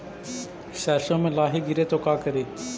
सरसो मे लाहि गिरे तो का करि?